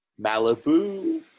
Malibu